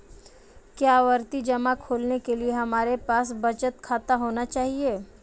क्या आवर्ती जमा खोलने के लिए हमारे पास बचत खाता होना चाहिए?